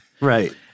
Right